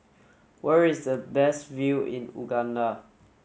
where is the best view in Uganda